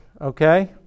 okay